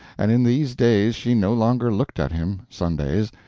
and in these days she no longer looked at him, sundays,